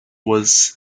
was